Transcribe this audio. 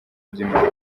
by’imari